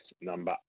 number